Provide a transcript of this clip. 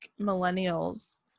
millennials